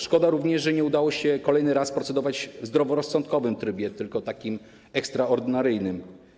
Szkoda również, że nie udało się kolejny raz procedować w zdroworozsądkowym trybie, tylko w takim ekstraordynaryjnym.